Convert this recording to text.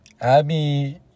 Abby